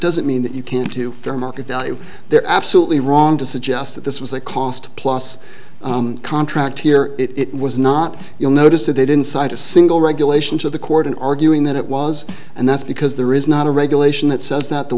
doesn't mean that you can't to their market that they're absolutely wrong to suggest that this was a cost plus contract here it was not you'll notice that they didn't cite a single regulation to the court in arguing that it was and that's because there is not a regulation that says that the